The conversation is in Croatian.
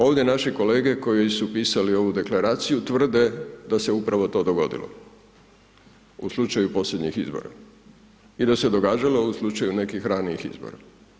Ovdje naši kolege koji su pisali ovu deklaraciju tvrde da se je upravo to dogodilo u slučaju posljednjih izbora i da se događalo u slučaju nekih ranijih izbora.